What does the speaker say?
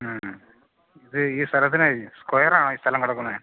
ഇത് ഈ സ്ഥലത്തിനേയ് സ്ക്വയറാ ഈ സ്ഥലം കിടക്കുന്നത്